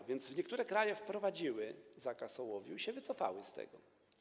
A więc niektóre kraje wprowadziły zakaz używania ołowiu i się wycofały z tego.